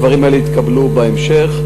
הדברים האלה יתקבלו בהמשך.